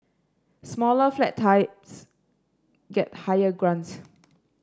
smaller flat types get higher grants